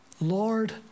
Lord